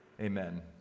amen